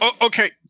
Okay